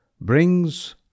Brings